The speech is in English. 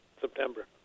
September